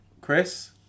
Chris